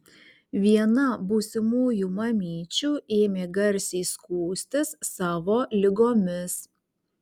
viena būsimųjų mamyčių ėmė garsiai skųstis savo ligomis